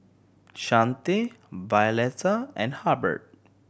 Chante Violeta and Hubbard